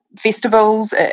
festivals